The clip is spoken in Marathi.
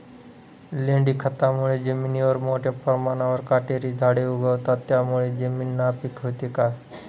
लेंडी खतामुळे जमिनीवर मोठ्या प्रमाणावर काटेरी झाडे उगवतात, त्यामुळे जमीन नापीक होते का?